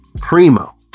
Primo